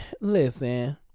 Listen